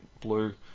Blue